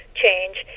change